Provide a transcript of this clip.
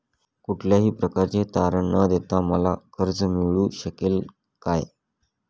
कुठल्याही प्रकारचे तारण न देता मला कर्ज मिळू शकेल काय?